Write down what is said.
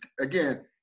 again